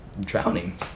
drowning